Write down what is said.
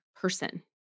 person